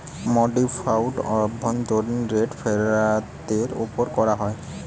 modified অভ্যন্তরীন rate ফেরতের ওপর করা হয়